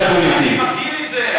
אני מכיר את זה,